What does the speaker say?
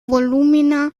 volumina